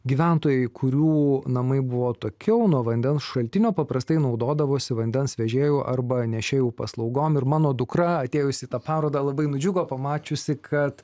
gyventojai kurių namai buvo atokiau nuo vandens šaltinio paprastai naudodavosi vandens vežėjų arba nešėjų paslaugom ir mano dukra atėjus į tą parodą labai nudžiugo pamačiusi kad